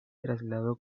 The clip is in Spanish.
trasladó